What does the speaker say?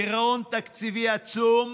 גירעון תקציבי עצום,